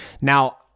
Now